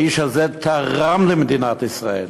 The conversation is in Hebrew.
שהאיש הזה תרם למדינת ישראל.